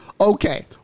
Okay